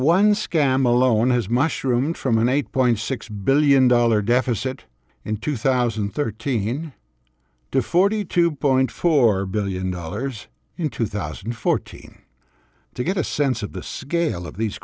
one scam alone has mushroomed from an eight point six billion dollars deficit in two thousand and thirteen to forty two point four billion dollars in two thousand and fourteen to get a sense of the scale of these